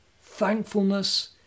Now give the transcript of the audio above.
Thankfulness